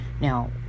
Now